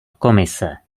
komise